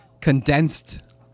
condensed